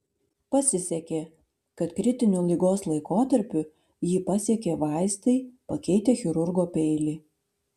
pasisekė kad kritiniu ligos laikotarpiu jį pasiekė vaistai pakeitę chirurgo peilį